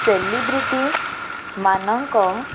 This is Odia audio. ସେଲିବ୍ରେଟି ମାନଙ୍କ